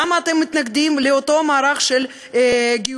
למה אתם מתנגדים לאותו מערך של גיורים?